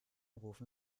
rufen